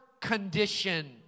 condition